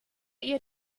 ihr